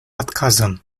отказом